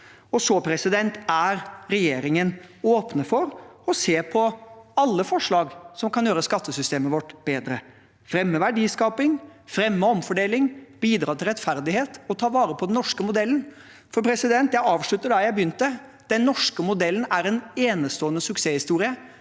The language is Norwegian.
dette. Regjeringen er åpen for å se på alle forslag som kan gjøre skattesystemet vårt bedre: fremme verdiskaping, fremme omfordeling, bidra til rettferdighet og ta vare på den norske modellen. For – og jeg avslutter der jeg begynte – den norske modellen er en enestående suksesshistorie.